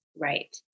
Right